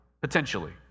Potentially